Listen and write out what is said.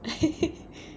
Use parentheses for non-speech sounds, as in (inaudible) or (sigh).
(laughs)